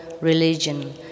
Religion